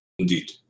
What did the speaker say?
Indeed